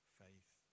faith